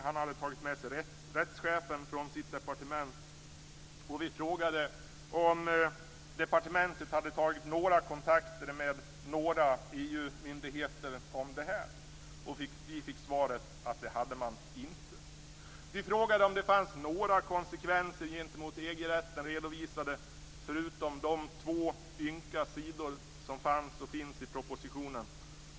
Han hade tagit med sig rättschefen från sitt departement. Vi frågade om departementet hade tagit några kontakter med några EU-myndigheter om det här. Vi fick svaret att man inte hade gjort det. Vidare frågade vi om det fanns några konsekvenser gentemot EG-rätten redovisade, förutom de två ynka sidorna i propositionen.